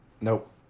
Nope